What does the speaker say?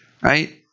right